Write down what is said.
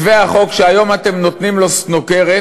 מתווה החוק שהיום אתם נותנים לו סנוקרת